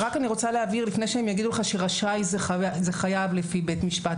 לפני שהם יגידו לך שרשאי זה חייב לפי בית משפט,